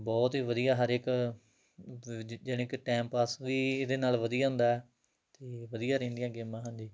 ਬਹੁਤ ਹੀ ਵਧੀਆ ਹਰ ਇੱਕ ਜਾਣੀ ਕਿ ਟਾਈਮ ਪਾਸ ਵੀ ਇਹਦੇ ਨਾਲ ਵਧੀਆ ਹੁੰਦਾ ਅਤੇ ਵਧੀਆ ਰਹਿੰਦੀਆਂ ਗੇਮਾਂ ਹਾਂਜੀ